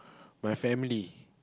my family